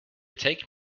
take